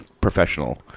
professional